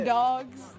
dogs